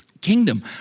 kingdom